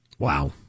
Wow